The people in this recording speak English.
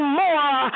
more